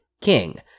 King